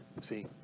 See